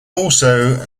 also